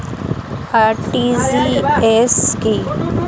RTGS কি?